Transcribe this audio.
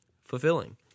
fulfilling